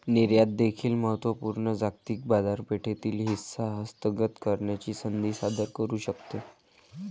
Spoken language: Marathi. निर्यात देखील महत्त्व पूर्ण जागतिक बाजारपेठेतील हिस्सा हस्तगत करण्याची संधी सादर करू शकते